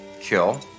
kill